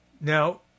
Now